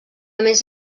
més